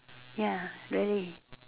ya very